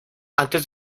antes